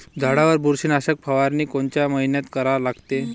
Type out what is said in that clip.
झाडावर बुरशीनाशक फवारनी कोनच्या मइन्यात करा लागते?